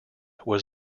was